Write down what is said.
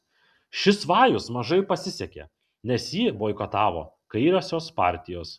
šis vajus mažai pasisekė nes jį boikotavo kairiosios partijos